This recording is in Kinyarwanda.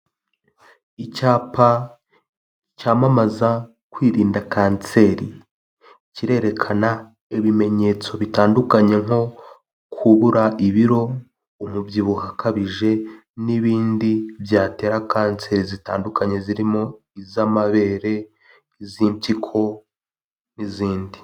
Icyapa cyamamaza kwirinda kanseri, kirerekana ibimenyetso bitandukanye nko kubura ibiro, umubyibuho ukabije n'ibindi byatera kanseri zitandukanye zirimo iz'amabere, iz'impyiko n'izindi.